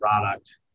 product